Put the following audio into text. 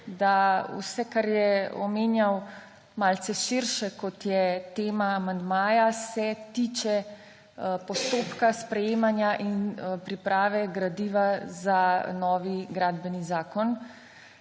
da vse, kar je omenjal malce širše, kot je tema amandmaja, se tiče postopka sprejemanja in priprave gradiva za novi gradbeni zakon.